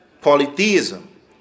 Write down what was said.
Polytheism